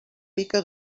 mica